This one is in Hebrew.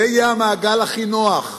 זה יהיה המעגל הכי נוח.